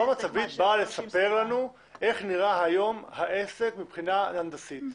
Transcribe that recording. מפה מצבית באה לספר לנו איך נראה היום העסק מבחינה הנדסית.